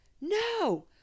No